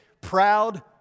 proud